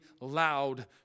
loud